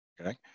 Okay